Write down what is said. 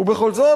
ובכל זאת,